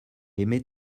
aimait